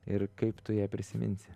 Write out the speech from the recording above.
ir kaip tu ją prisiminsi